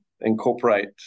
incorporate